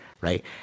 Right